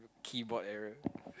keyboard error